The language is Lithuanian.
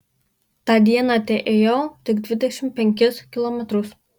tą dieną teėjau tik dvidešimt penkis kilometrus